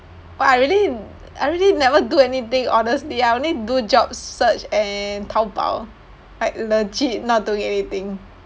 !wah! I really I really never do anything honestly I only do job search and Taobao like legit not doing anything